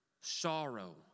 sorrow